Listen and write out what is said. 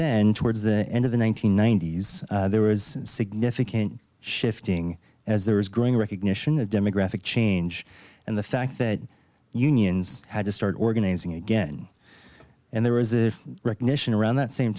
then towards the end of the one nine hundred ninety s there was significant shifting as there was growing recognition of demographic change and the fact that unions had to start organizing again and there was a recognition around that same